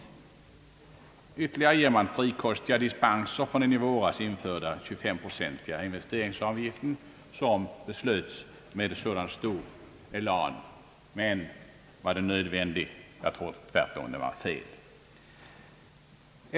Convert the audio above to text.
Ytterligare ger man frikostiga dispenser från den i våras införda 25-procentiga investeringsavgiften, som beslöts med sådan stor élan. Men var det nödvändigt? Jag tror tvärtom den var felaktig.